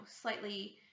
slightly